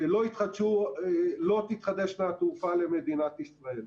לא תתחדש התעופה למדינת ישראל.